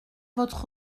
votre